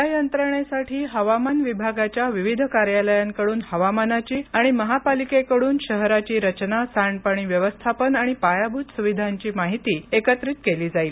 या यंत्रणेसाठी हवामान विभागाच्या विविध कार्यालयांकडून हवामानाची आणि महापालिकेकडून शहराची रचना सांडपाणी व्यवस्थापन आणि पायाभूत सुविधांची माहिती एकत्रित केली जाईल